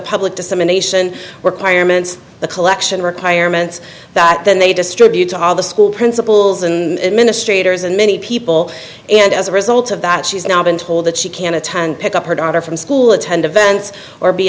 public dissemination were prior meant the collection requirements that then they distribute to all the school principals and administrators and many people and as a result of that she's now been told that she can attend pick up her daughter from school attend events or be